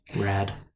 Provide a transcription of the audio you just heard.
Rad